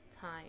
time